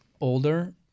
older